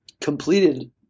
completed